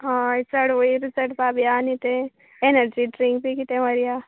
हय चड वयर चडपा बी आसा न्हय तें एनर्जी ड्रींक बी कितें व्हरया